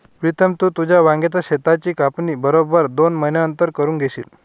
प्रीतम, तू तुझ्या वांग्याच शेताची कापणी बरोबर दोन महिन्यांनंतर करून घेशील